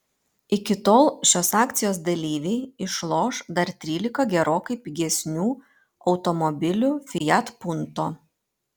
iki tol šios akcijos dalyviai išloš dar trylika gerokai pigesnių automobilių fiat punto